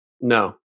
No